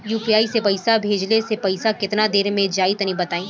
UPI से पईसा भेजलाऽ से पईसा केतना देर मे जाई तनि बताई?